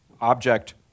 object